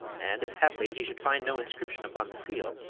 and if haply he should find no inscription upon the seal,